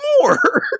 more